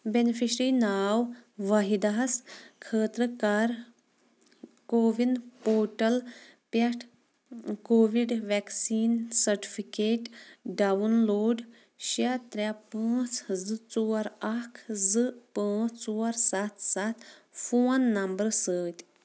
beneficiary ناو واحِدَہَس خٲطرٕ کَر کووِن پوٹَل پٮ۪ٹھ Covid vaccine certificate download شےٚ ترٛےٚ پانٛژھ زٕ ژور اَکھ زٕ پانٛژھ ژور سَتھ سَتھ فون نمبرٕ سۭتۍ